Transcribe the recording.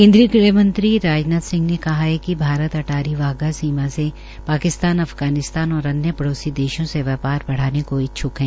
केन्द्रीय गृहमंत्री राजनाथ सिंह ने कहा है कि भारत अटारी बाधा सीमा से पाकिस्तान अफगानिस्तान और अन्य पड़ौसी देशों से व्यापार बढ़ाने को इच्छक है